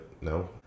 no